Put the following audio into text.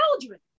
children